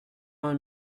vingt